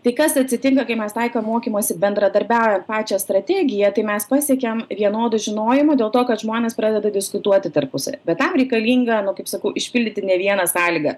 tai kas atsitinka kai mes taikom mokymosi bendradarbiaujant pačią strategiją tai mes pasiekiam vienodu žinojimu dėl to kad žmonės pradeda diskutuoti tarpusavy bet tam reikalinga kaip sakau išpildyti ne vieną sąlygą